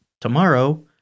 tomorrow